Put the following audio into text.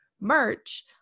merch